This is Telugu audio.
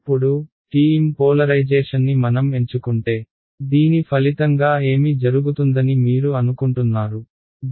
ఇప్పుడు TM పోలరైజేషన్ని మనం ఎంచుకుంటే దీని ఫలితంగా ఏమి జరుగుతుందని మీరు అనుకుంటున్నారు ∇